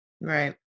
Right